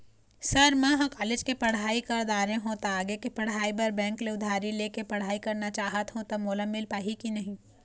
Sir म ह college के पढ़ाई कर दारें हों ता आगे के पढ़ाई बर बैंक ले उधारी ले के पढ़ाई करना चाहत हों ता मोला मील पाही की नहीं?